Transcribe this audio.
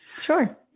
Sure